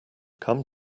come